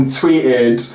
tweeted